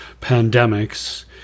pandemics